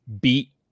beat